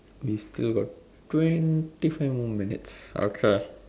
we still got twenty five more minutes okay